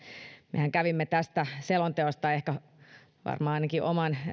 mehän kävimme tästä selonteosta varmaan ainakin oman